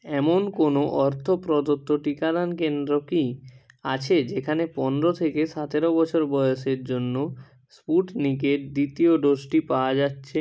এমন কোনো অর্থ প্রদত্ত টিকাদান কেন্দ্র কি আছে যেখানে পনেরো থেকে সতেরো বছর বয়সের জন্য স্পুটনিকের দ্বিতীয় ডোজটি পাওয়া যাচ্ছে